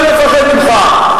עם ישראל מפחד ממך.